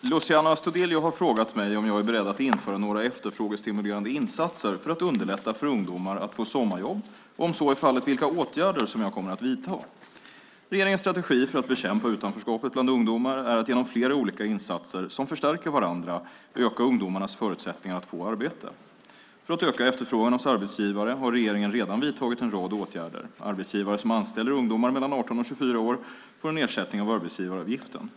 Fru talman! Luciano Astudillo har frågat mig om jag är beredd att införa några efterfrågestimulerande insatser för att underlätta för ungdomar att få sommarjobb och, om så är fallet, vilka åtgärder som jag kommer att vidta. Regeringens strategi för att bekämpa utanförskapet bland ungdomar är att genom flera olika insatser som förstärker varandra öka ungdomarnas förutsättningar att få arbete. För att öka efterfrågan hos arbetsgivare har regeringen redan vidtagit en rad åtgärder. Arbetsgivare som anställer ungdomar mellan 18 och 24 år får en nedsättning av arbetsgivaravgiften.